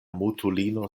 mutulino